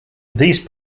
these